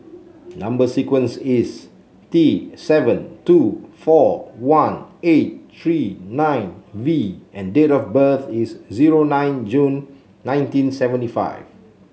number sequence is T seven two four one eight three nine V and date of birth is zero nine June nineteen seventy five